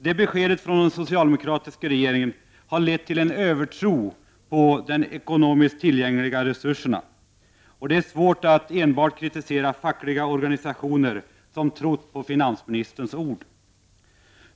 Det beskedet från den socialdemokratiska regeringen har lett till en övertro på de ekonomiskt tillgängliga resurserna. Det är svårt att kritisera enbart de fackliga organisationer som trott på regeringens ord.